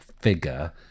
figure